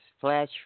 flash